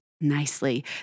nicely